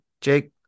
Jake